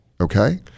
okay